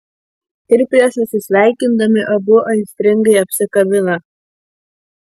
ir prieš atsisveikindami abu aistringai apsikabina